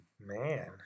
Man